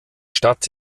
stadt